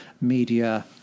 media